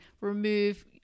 remove